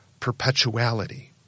perpetuality